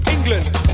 England